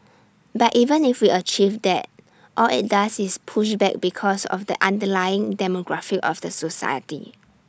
but even if we achieve that all IT does is push back because of the underlying demographic of the society